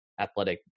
athletic